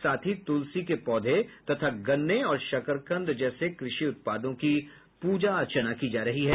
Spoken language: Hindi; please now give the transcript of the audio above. साथ ही तुलसी के पौधे तथा गन्ने और शकरकंद जैसे कृषि उत्पादों की पूजा अर्चना की जा रही है